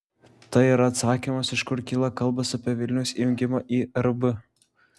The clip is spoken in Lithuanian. tai yra atsakymas iš kur kyla kalbos apie vilniaus įjungimą į rb